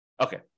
Okay